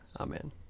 Amen